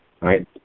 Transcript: right